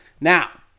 Now